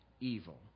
evil